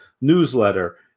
newsletter